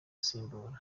asimbura